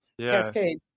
Cascade